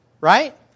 Right